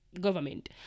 government